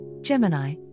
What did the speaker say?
Gemini